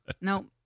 No